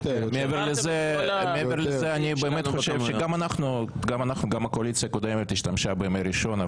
מעבר לזה אני חושב שגם אנחנו הקואליציה הקודמת השתמשה בימי ראשון,